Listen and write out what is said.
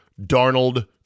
Darnold